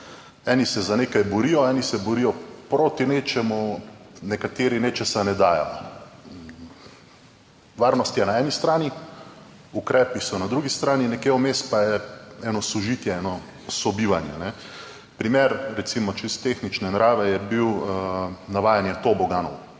Eni se za nekaj borijo, eni se borijo proti nečemu, nekateri nečesa ne dajo. Varnost je na eni strani, ukrepi so na drugi strani, nekje vmes pa je eno sožitje, sobivanje. Primer, recimo, čisto tehnične narave je bil navajanje toboganov.